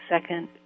second